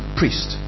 priest